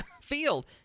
field